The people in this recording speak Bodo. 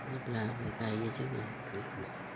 जेब्लाबो गायो जोङो फुलखौ